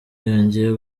yongeye